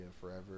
forever